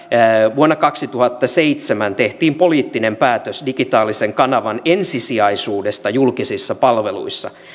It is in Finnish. vuonna kaksituhattaseitsemän tehtiin poliittinen päätös digitaalisen kanavan ensisijaisuudesta julkisissa palveluissa